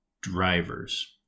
Drivers